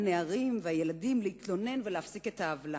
הילדים והנערים להתלונן ולהפסיק את העוולה.